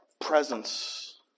presence